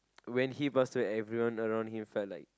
when he passed away everyone around him felt like